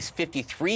53